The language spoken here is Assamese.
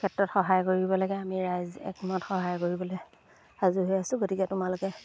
ক্ষেত্ৰত সহায় কৰিব লাগে আমি ৰাইজ একমত সহায় কৰিবলৈ সাজু হৈ আছোঁ গতিকে তোমালোকে